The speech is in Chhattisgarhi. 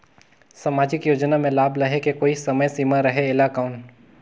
समाजिक योजना मे लाभ लहे के कोई समय सीमा रहे एला कौन?